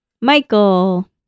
Michael